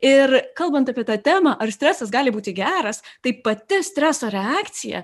ir kalbant apie tą temą ar stresas gali būti geras tai pati streso reakcija